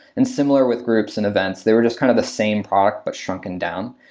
and similar with groups and events, they were just kind of the same product, but shrunken down.